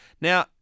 Now